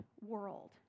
world